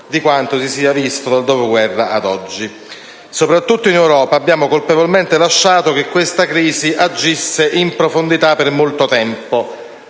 di quanto si sia mai visto dal dopoguerra ad oggi. Soprattutto, in Europa, abbiamo colpevolmente lasciato che questa crisi agisse in profondità per molto tempo,